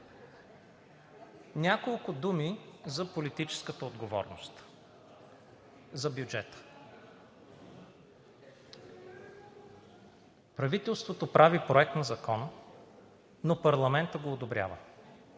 Няколко думи за политическата отговорност за бюджета. Правителството прави проект на закон, но парламентът го одобрява.